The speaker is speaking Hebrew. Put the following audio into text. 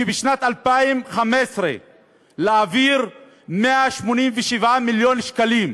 בשנת 2015 להעביר 187 מיליון שקלים.